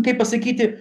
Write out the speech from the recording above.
kaip pasakyti